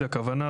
הכוונה,